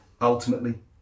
Ultimately